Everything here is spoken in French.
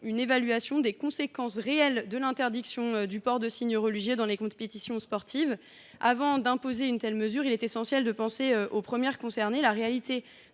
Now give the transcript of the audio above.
évaluant les conséquences réelles de l’interdiction du port de signes religieux dans les compétitions sportives. Avant d’imposer une telle mesure, il est essentiel de penser aux premières personnes